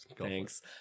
Thanks